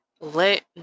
Let